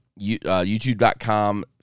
youtube.com